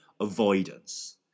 avoidance